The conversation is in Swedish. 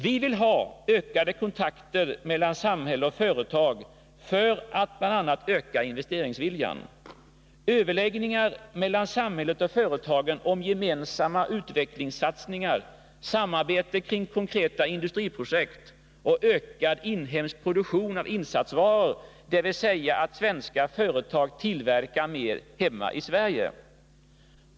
Vi vill ha ökade kontakter mellan samhälle och företag för att bl.a. öka investeringsviljan, överläggningar mellan samhället och företagen om gemensamma utvecklingssatsningar, samarbete kring konkreta industriprojekt och ökad inhemsk produktion av insatsvaror, dvs. att svenska företag tillverkar mer hemma i Sverige.